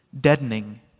deadening